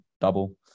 Double